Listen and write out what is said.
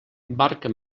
barca